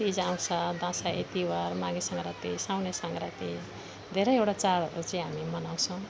तिज आउँछ दसैँ तिहार माघे सङ्क्रान्ति साउने सङ्क्रान्ति धेरैवटा चाडहरू चाहिँ हामी मनाउँछौँ